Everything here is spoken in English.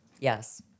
Yes